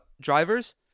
drivers